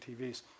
TVs